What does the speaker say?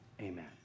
Amen